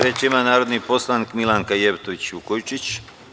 Reč ima narodni poslanik Milanka Jevtović Vukojičić.